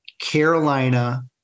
Carolina